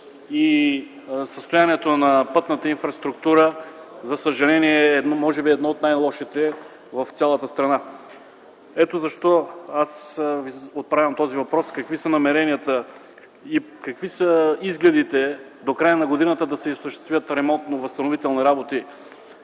и състоянието на пътната инфраструктура за съжаление е може би едно от най-лошите в цялата страна. Ето защо аз Ви отправям този въпрос: какви са намеренията и изгледите до края на годината да се осъществят ремонтно-възстановителни работи